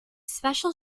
special